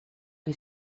che